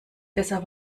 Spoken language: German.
besser